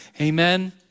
Amen